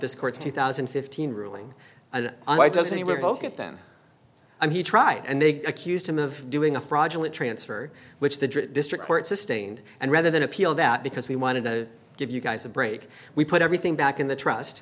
this court's two thousand and fifteen ruling and why doesn't he we both get them and he tried and they accused him of doing a fraudulent transfer which the district court sustained and rather than appeal that because we wanted to give you guys a break we put everything back in the trust